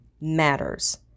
matters